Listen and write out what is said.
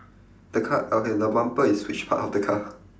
the car okay the bumper is which part of the car